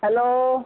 hello